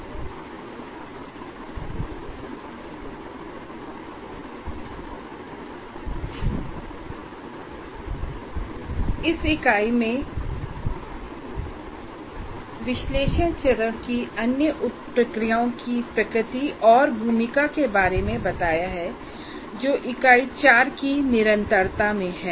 इस इकाई मे विश्लेषण चरण की अन्य उप प्रक्रियाओं की प्रकृति और भूमिका के बारे मे बताया है जो इकाई 4 की निरंतरता में है